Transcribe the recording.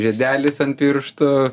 žiedelis ant pirštų